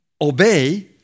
obey